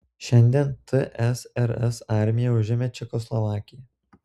šiandien tsrs armija užėmė čekoslovakiją